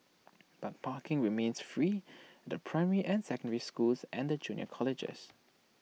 but parking remains free at the primary and secondary schools and the junior colleges